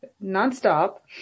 non-stop